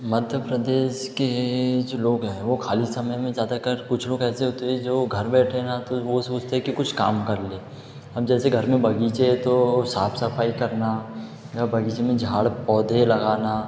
मध्य प्रदेश के जो लोग हैं वो ख़ाली समय में ज़्यादाकर कुछ लोग ऐसे होते हैं जो घर बैठे ना तो वो सोचते कि कुछ काम कर लें अब जैसे घर में बग़ीचा है तो साफ़ सफ़ाई करना या बग़ीचे में झाड़ पौधे लगाना